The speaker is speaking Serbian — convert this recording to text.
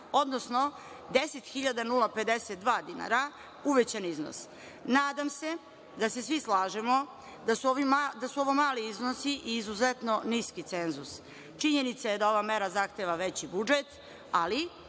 odnosno 10.052 dinara uvećan iznos. Nadam se da se svi slažemo da su ovo mali iznosi i izuzetno niski cenzus. Činjenica je da ova mera zahteva veći budžet, ali